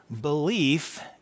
belief